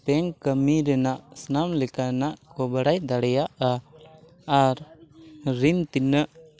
bank ᱠᱟᱹᱢᱤ ᱨᱮᱱᱟᱜ ᱥᱟᱱᱟᱢ ᱞᱮᱠᱟᱱᱟᱜ ᱠᱚ ᱵᱟᱲᱟᱭ ᱫᱟᱲᱮᱭᱟᱜᱼᱟ ᱟᱨ ᱨᱤᱱ ᱛᱤᱱᱟᱹᱜ